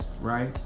right